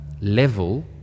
level